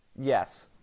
Yes